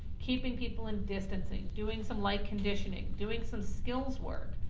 keeping people in distancing, doing some light conditioning, doing some skills work.